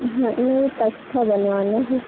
घर में ही तख़्ता बनवाना है